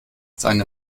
seine